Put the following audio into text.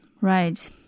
Right